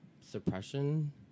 suppression